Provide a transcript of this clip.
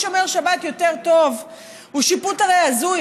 שומר שבת יותר טוב הוא הרי שיפוט הזוי,